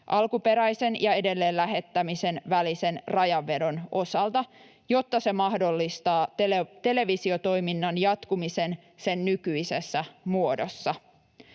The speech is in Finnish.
alkuperäisen ja edelleen lähettämisen välisen rajanvedon osalta, jotta se mahdollistaa televisiotoiminnan jatkumisen sen nykyisessä muodossa.